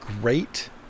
Great